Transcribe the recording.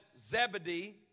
Zebedee